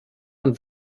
und